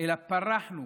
אלא פרחנו